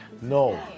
No